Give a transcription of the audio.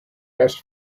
best